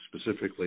specifically